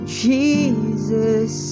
jesus